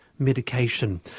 medication